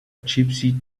gypsy